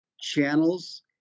channels